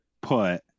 put